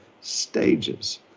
stages